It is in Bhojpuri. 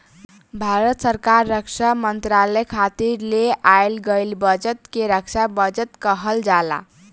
भारत सरकार रक्षा मंत्रालय खातिर ले आइल गईल बजट के रक्षा बजट कहल जाला